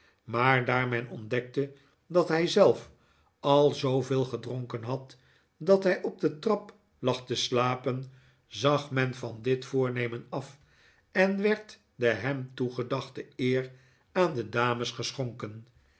maar daar men ontdekte dat hij zelf al zooveel gedronken had dat hij op de trap lag te slapen zag men van dit voornemen af en werd de hem toegedachte eer aan de dames geschonken